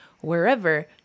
wherever